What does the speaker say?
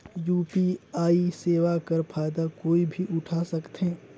UPI सेवा कर फायदा कोई भी उठा सकथे?